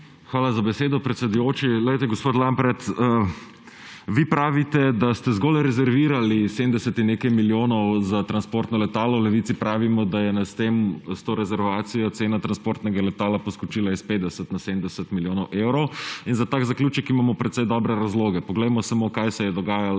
Hvala za besedo, predsedujoči. Poglejte, gospod Lampret, vi pravite, da ste zgolj rezervirali 70 in nekaj milijonov za transportno letalo, v Levici pravimo, da je s to rezervacijo cena transportnega letala poskočila s 50 na 70 milijonov evrov. Za tak zaključek imamo precej dobre razloge. Poglejmo samo, kaj se je dogajalo